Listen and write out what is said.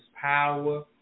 power